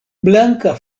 blanka